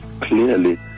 clearly